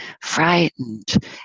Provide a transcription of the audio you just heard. frightened